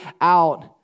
out